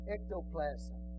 Ectoplasm